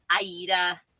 Aida